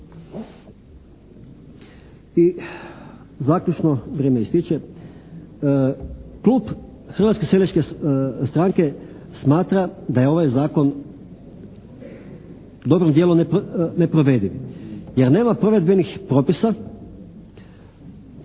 I zaključno, Klub Hrvatske seljačke stranke smatra da je ovaj zakon dobrim djelom neprovediv jer nema provedbenih propisa,